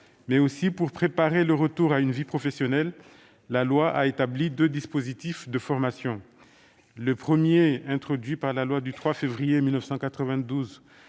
mais aussi pour préparer leur retour à une vie professionnelle, la loi a établi deux dispositifs de formation. Le premier, introduit par la loi du 3 février 1992,